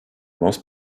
most